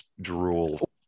drool